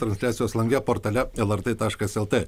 transliacijos lange portale lrt taškas lt